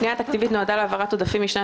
29-002. הפנייה התקציבית נועדה להעברת עודפים משנת